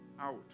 out